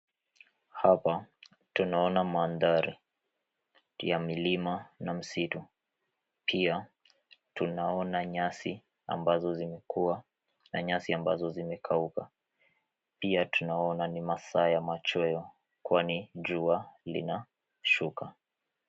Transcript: Hapa tunaona mandhari ya milima na misitu. Pia tunaona nyasi ambazo zimekua na nyasi ambazo zimekauka. Pia tunaona ni masaa ya machweo kwani jua linashuka.